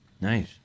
Nice